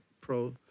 pro